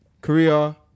Korea